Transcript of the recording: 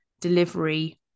delivery